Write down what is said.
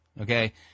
Okay